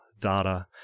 data